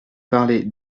parler